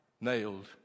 nailed